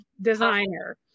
designer